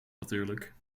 natuurlijk